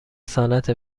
صنعت